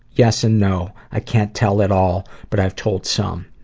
yes and no. i can't tell it all but i've told some.